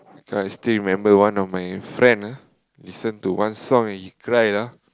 because I still remember one of my friend ah listen to one song and he cry ah